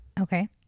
Okay